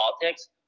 politics